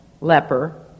leper